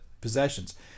possessions